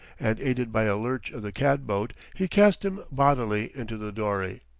and aided by a lurch of the cat-boat, he cast him bodily into the dory.